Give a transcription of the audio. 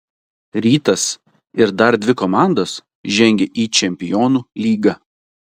rytas ir dar dvi komandos žengia į čempionų lygą